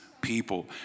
people